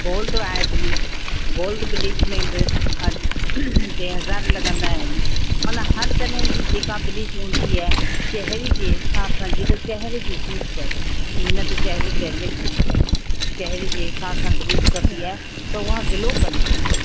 gold आहे bleach gold bleach में बि टे हज़ार लॻंदा आहिनि माना हर तरह जी जेका ब्लीच हूंदी आहे चहेरे जे हिसाब जा जेका चहेरे ते सूट करे ईअं न त चहेरो डैमेज थी वञे चहेरे जे हिसाब सां ब्लीच कबी आहे त हूअ ग्लो कंदी